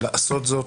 לעשות זאת.